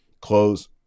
close